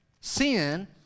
sin